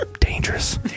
Dangerous